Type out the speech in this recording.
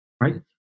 right